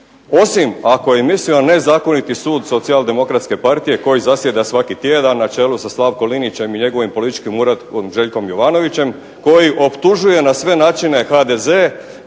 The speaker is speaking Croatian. Osim ako je mislio nezakoniti sud Socijaldemokratske partije koji zasjeda svaki tjedan na čelu sa Slavkom Linićem i njegovim političkim uratkom Željkom Jovanovićem koji optužuje na sve načine HDZ